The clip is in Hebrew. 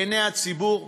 בעיני הציבור?